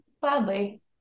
gladly